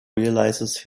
realises